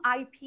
IP